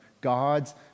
God's